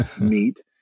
meet